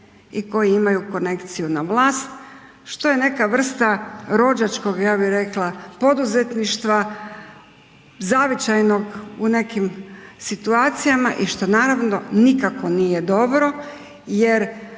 i koji imaju konekciju na vlast što je neka vrsta rođačkog, ja bih rekla, poduzetništva, zavičajnog u nekim situacijama i što naravno nikako nije dobro jer